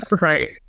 Right